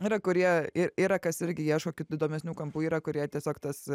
yra kurie ir yra kas irgi ieško kitų įdomesnių kampų yra kurie tiesiog tas